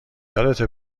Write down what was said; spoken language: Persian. یادته